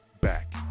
back